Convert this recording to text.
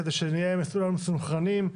כדי שנהיה כולנו מסונכרנים.